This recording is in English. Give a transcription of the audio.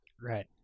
Right